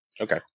Okay